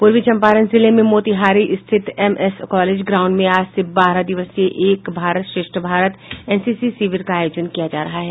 पूर्वी चंपारण जिले में मोतिहारी स्थित एमएस कॉलेज ग्राउंड में आज से बारह दिवसीय एक भारत श्रेष्ठ भारत एनसीसी शिविर का आयोजन किया जा रहा है